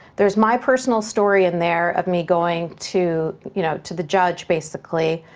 there's my personal story in there of me going to you know to the judge, basically.